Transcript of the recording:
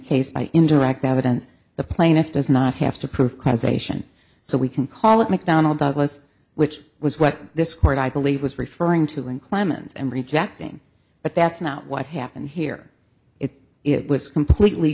by indirect evidence the plaintiff does not have to prove causation so we can call it mcdonnell douglas which was what this court i believe was referring to in clemens and rejecting but that's not what happened here if it was completely